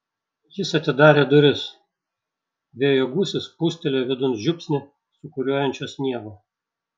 jis atidarė duris vėjo gūsis pūstelėjo vidun žiupsnį sūkuriuojančio sniego